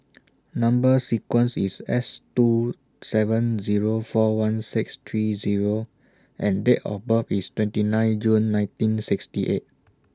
Number sequence IS S two seven Zero four one six three Zero and Date of birth IS twenty nine June nineteen sixty eight